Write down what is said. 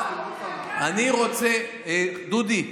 דודי,